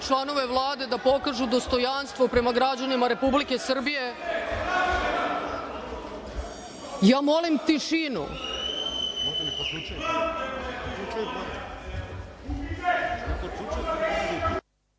članove Vlade da pokažu dostojanstvo prema građanima Republike Srbije. Molim vas